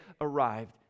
arrived